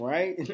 Right